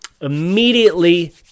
immediately